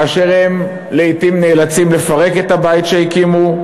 כאשר לעתים הם נאלצים לפרק את הבית שהקימו,